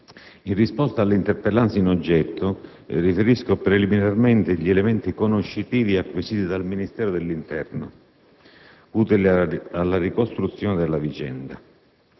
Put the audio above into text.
in risposta all'interpellanza in oggetto, riferisco preliminarmente gli elementi conoscitivi acquisiti dal Ministero dell'interno, utili alla ricostruzione della vicenda.